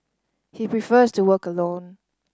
he prefers to work alone